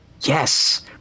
Yes